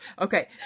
okay